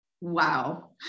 wow